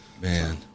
Man